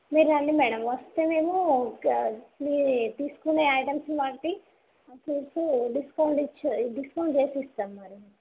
మీరు రండి మ్యాడమ్ వస్తే మీము క మీ తీసుకునే ఐటెమ్స్ని బట్టి చూసి డిస్కౌంట్ ఇచ్చి డిస్కౌంట్ చేసి ఇస్తాం మరి